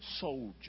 soldier